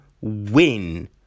win